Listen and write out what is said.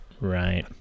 Right